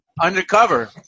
undercover